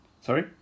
Sorry